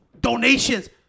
Donations